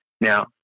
now